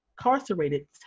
incarcerated